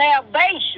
salvation